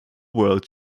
world